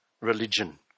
religion